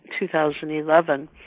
2011